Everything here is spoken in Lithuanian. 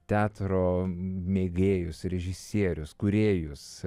teatro mėgėjus režisierius kūrėjus